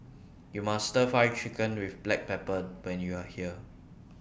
YOU must Stir Fried Chicken with Black Pepper when YOU Are here